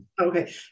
okay